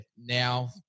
now